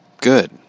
good